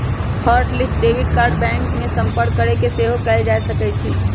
hot list debit card bank में संपर्क कऽके सेहो कएल जा सकइ छै